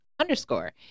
underscore